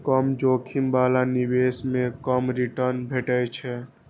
कम जोखिम बला निवेश मे कम रिटर्न भेटै छै